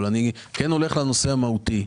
אבל אני כן הולך לנושא המהותי.